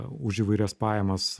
už įvairias pajamas